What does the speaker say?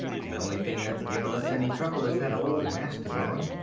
the only thing that's given us any trouble is that old mastodon.